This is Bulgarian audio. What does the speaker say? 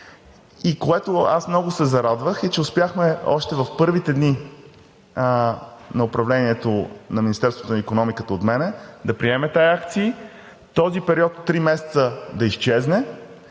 И което – аз много се зарадвах, е, че успяхме още в първите дни на управлението на Министерството на икономиката от мен да приеме тези акции, този период от три месеца да изчезне